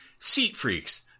SeatFreaks